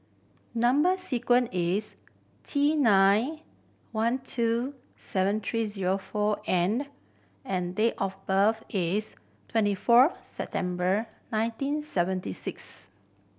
number sequence is T nine one two seven three zero four N and date of birth is twenty four September nineteen seventy six